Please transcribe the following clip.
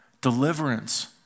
deliverance